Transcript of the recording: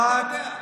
מאיפה אתה יודע?